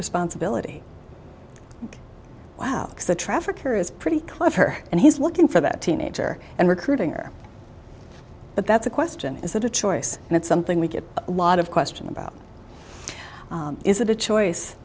responsibility wow that's the traffic here is pretty clever and he's looking for that teenager and recruiting or but that's a question is that a choice and it's something we get a lot of question about is it a choice